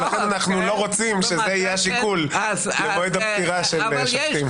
ולכן אנחנו לא רוצים שזה יהיה השיקול למועד הפטירה של שופטים.